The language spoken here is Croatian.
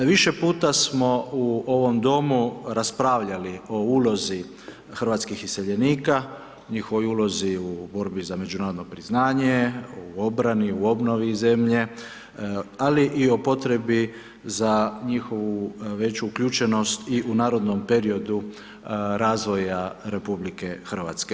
Više puta smo u ovom Domu raspravljali o ulozi hrvatskih iseljenika, njihovoj ulozi u borbi za međunarodno priznanje, u obrani, u obnovi zemlje, ali i o potrebi za njihovu veću uključenost u narodnom periodu razvoja RH.